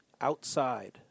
outside